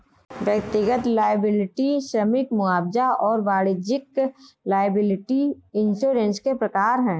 व्यक्तिगत लॉयबिलटी श्रमिक मुआवजा और वाणिज्यिक लॉयबिलटी इंश्योरेंस के प्रकार हैं